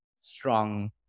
strong